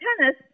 tennis